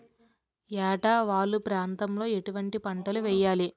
ఏటా వాలు ప్రాంతం లో ఎటువంటి పంటలు వేయాలి?